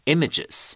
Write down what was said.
Images